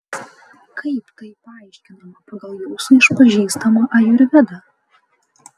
kaip tai paaiškinama pagal jūsų išpažįstamą ajurvedą